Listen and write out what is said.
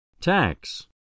Tax